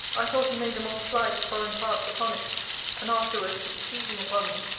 i thought he made them all fly to foreign parts upon it and afterwards seizing upon me,